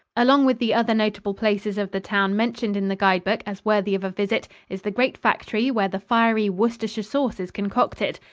along with the other notable places of the town mentioned in the guide-book as worthy of a visit is the great factory where the fiery worcestershire sauce is concocted,